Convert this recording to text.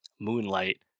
Moonlight